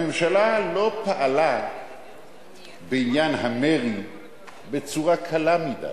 הממשלה לא פעלה בעניין המרי בצורה קלה מדי.